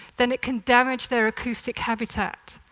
then it can damage their acoustic habitat,